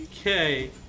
Okay